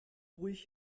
ruhig